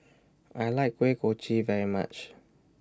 I like Kuih Kochi very much